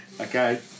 Okay